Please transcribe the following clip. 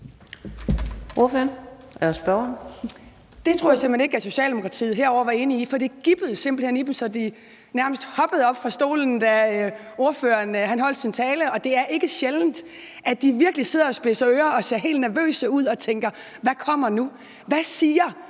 simpelt hen ikke at Socialdemokratiet var enig i, for det gibbede simpelt hen i dem, så de nærmest hoppede op fra stolene, da ordføreren holdt sin tale. Det er sjældent, at de virkelig sidder og spidser ører og ser helt nervøse ud og tænker: Hvad kommer nu? Hvad siger